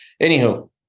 Anywho